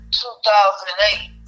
2008